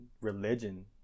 religion